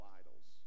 idols